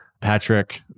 patrick